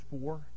four